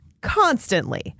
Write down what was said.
Constantly